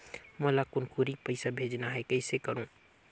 मोला कुनकुरी पइसा भेजना हैं, कइसे करो?